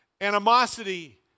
animosity